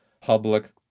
public